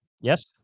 Yes